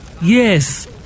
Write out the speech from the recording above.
Yes